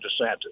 DeSantis